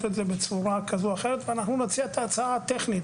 את זה בצורה כזו או אחרת ואנחנו נציע את ההצעה הטכנית.